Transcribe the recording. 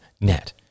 net